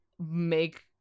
make